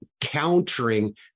countering